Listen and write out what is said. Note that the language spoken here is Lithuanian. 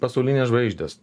pasaulinės žvaigždės